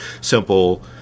simple